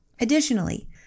Additionally